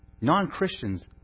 Non-Christians